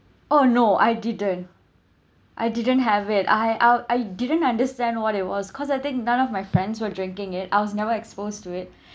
oh no I didn't I didn't have it I I I didn't understand what it was cause I think none of my friends were drinking it I was never exposed to it